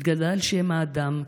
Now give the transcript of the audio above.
יתגדל שם האדם,